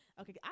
Okay